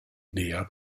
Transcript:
näher